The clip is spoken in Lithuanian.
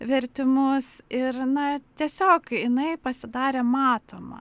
vertimus ir na tiesiog jinai pasidarė matoma